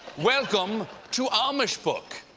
welcome to amishbook.